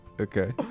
Okay